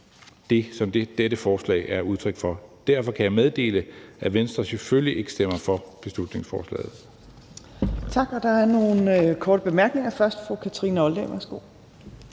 det, som dette forslag er udtryk for? Derfor kan jeg meddele, at Venstre selvfølgelig ikke stemmer for beslutningsforslaget.